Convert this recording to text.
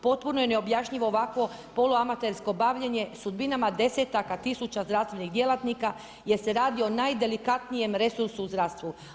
Potpuno je neobjašnjivo ovakvo poluamatersko bavljenje sudbinama desetaka tisuća zdravstvenih djelatnika jer se radi o najdelikatnijem resursu u zdravstvu.